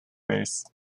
race